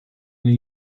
niej